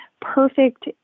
perfect